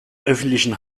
öffentlichen